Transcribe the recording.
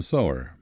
Sower